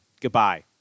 Goodbye